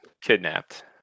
Kidnapped